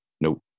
Nope